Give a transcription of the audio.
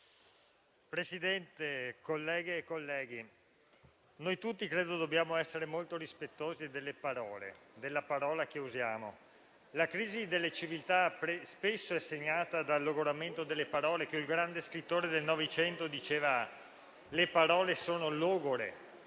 Presidente, colleghe e colleghi, noi tutti dobbiamo essere molto rispettosi delle parole che usiamo. La crisi delle civiltà spesso è segnata dal logoramento delle parole. Un grande scrittore del Novecento diceva che le parole sono logore,